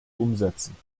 umsetzen